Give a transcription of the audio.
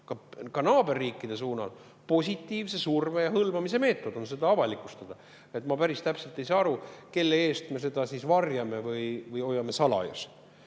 ka naaberriikide suunal – positiivse surve ja hõlvamise meetod on seda avalikustada. Ma päris täpselt ei saa aru, kelle eest me seda varjame või salajas